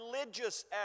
religious